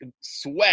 sweat